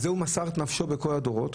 על זה הוא מסר את נפשו בכל הדורות.